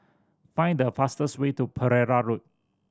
find the fastest way to Pereira Road